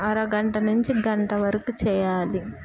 అరగంట నుంచి గంట వరకు చెయ్యాలి